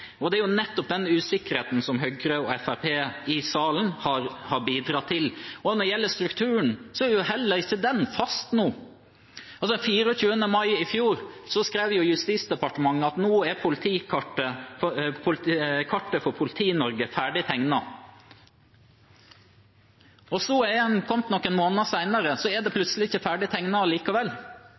gjelder strukturen, er jo heller ikke den fast nå. Den 24. mai i fjor skrev Justisdepartementet at nå er kartet for Politi-Norge ferdig tegnet. Så er man kommet noen måneder senere, og så er det plutselig ikke ferdig tegnet allikevel.